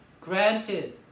Granted